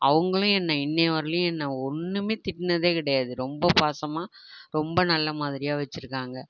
அவங்களும் என்னை இன்றைய வரைலியும் என்னை ஒன்றுமே திட்டினதே கிடையாது ரொம்ப பாசமாக ரொம்ப நல்ல மாதிரியாக வெச்சிருக்காங்க